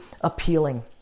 appealing